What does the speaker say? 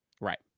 right